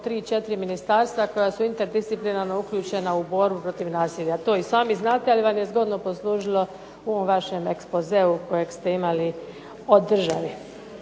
tri, četiri ministarstva koja su interdisciplinarno uključena u borbu protiv nasilja. To i sami znate, ali vam je zgodno poslužilo u ovom vašem ekspozeu kojeg ste imali, održali.